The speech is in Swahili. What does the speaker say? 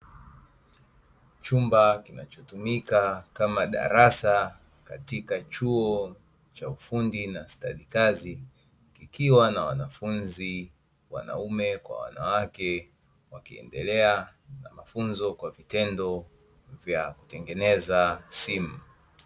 Chumba kinachotumika kama darasa katika chuo cha ufundi na stadi kazi, kikiwa na wanafunzi wanaume kwa wanawake wakiendelea na mafunzo kwa vitendo vya kutengeneza simu.